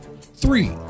Three